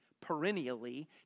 perennially